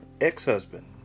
ex-husband